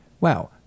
Wow